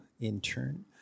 intern